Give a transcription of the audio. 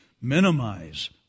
minimize